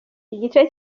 igice